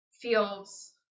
feels